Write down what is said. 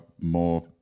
more